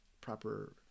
proper